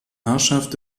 herrschaft